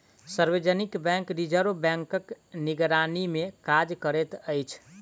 सार्वजनिक bank reserve बैंकक निगरानीमे काज करैत अछि